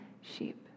sheep